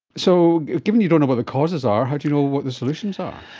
so given you don't know what the causes are, how do you know what the solutions are?